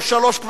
או 03:00,